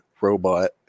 robot